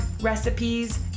recipes